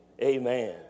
Amen